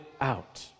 out